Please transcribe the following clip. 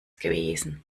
gewesen